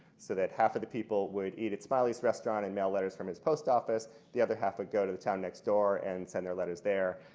so half of the people would eat at smiley's restaurant and mail letters from his post office. the other half would go to the town next door and send their letters there,